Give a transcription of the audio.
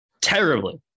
terribly